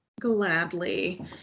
gladly